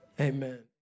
amen